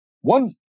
One